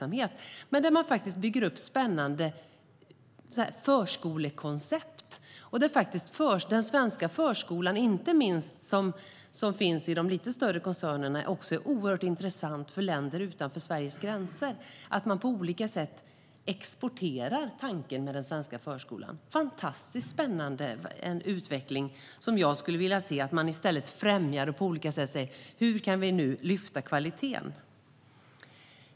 Men man bygger upp spännande förskolekoncept, och det som finns i de lite större koncernerna är också oerhört intressant för länder utanför Sveriges gränser. Man exporterar tanken med den svenska förskolan. Det är en spännande utveckling, som jag skulle vilja se att man på olika sätt främjade för att på olika sätt lyfta kvaliteten.